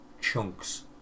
chunks